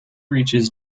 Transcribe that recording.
reaches